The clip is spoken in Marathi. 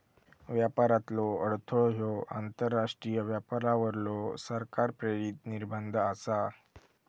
व्यापारातलो अडथळो ह्यो आंतरराष्ट्रीय व्यापारावरलो सरकार प्रेरित निर्बंध आसा